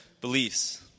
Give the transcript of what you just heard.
beliefs